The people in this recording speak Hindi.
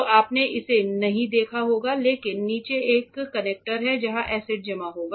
तो आपने इसे नहीं देखा होगा लेकिन नीचे एक कंटेनर है जहां एसिड जमा होगा